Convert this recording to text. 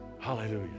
Hallelujah